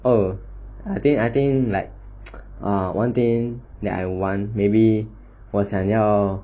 oh I think I think like uh one thing that I want maybe 我想要